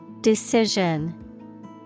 Decision